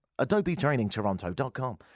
AdobeTrainingToronto.com